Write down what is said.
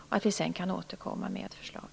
Sedan kan vi återkomma med ett förslag.